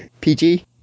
PG